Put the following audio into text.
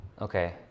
Okay